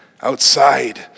outside